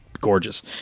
gorgeous